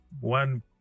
one